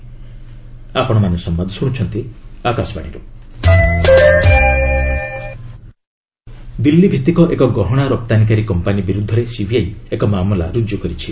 CBI Delhi Delhi ଭିତ୍ତିକ ଏକ ଗହଣା ରପ୍ତାନୀକାରୀ କମ୍ପାନି ବିରୁଦ୍ଧରେ ସିବିଆଇ ଏକ ମାମଲା ରୁଜୁ କରିଛି